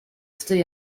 estoy